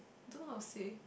don't know how to say